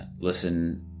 listen